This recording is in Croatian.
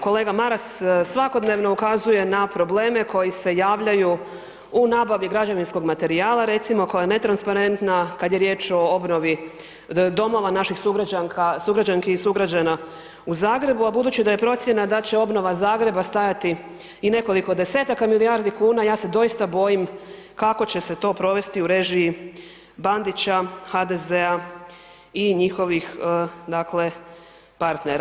Kolega Maras svakodnevno ukazuje na probleme koji se javljaju u nabavi građevinskog materijala, recimo koja je netransparentna kad je riječ o obnovi domova naših sugrađanki i sugrađana u Zagrebu, a budući da je procjena da će obnova Zagreba stajati i nekoliko 10-taka milijardi kuna ja se doista bojim kako će se to provesti u režiji Bandića, HDZ-a i njihovih dakle partnera.